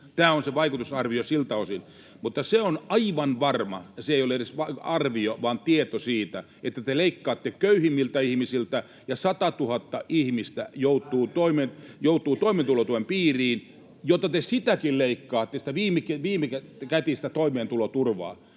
Tämä on se vaikutusarvio siltä osin. Mutta se on aivan varma ja se ei ole edes arvio vaan tieto siitä, että te leikkaatte köyhimmiltä ihmisiltä ja satatuhatta ihmistä joutuu toimeentulotuen piiriin, jota sitäkin te leikkaatte, sitä viimekätistä toimeentuloturvaa.